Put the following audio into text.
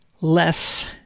less